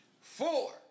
Four